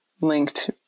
linked